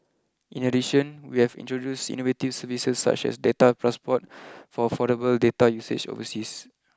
in addition we have introduced innovative services such as Data Passport for affordable data usage overseas